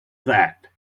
that